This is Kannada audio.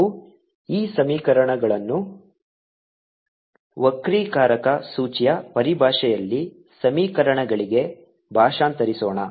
ನಾವು ಈ ಸಮೀಕರಣಗಳನ್ನು ವಕ್ರೀಕಾರಕ ಸೂಚಿಯ ಪರಿಭಾಷೆಯಲ್ಲಿ ಸಮೀಕರಣಗಳಿಗೆ ಭಾಷಾಂತರಿಸೋಣ